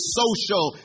social